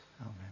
Amen